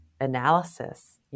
analysis